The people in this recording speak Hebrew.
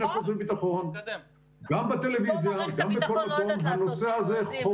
--- פתאום מערכת הביטחון לא יודעת לעשות מכרזים,